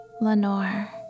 Lenore